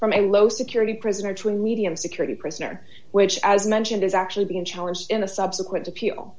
from a low security prisoner to a medium security prisoner which as mentioned is actually being challenged in a subsequent appeal